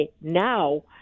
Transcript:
now